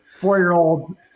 four-year-old